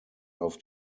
auf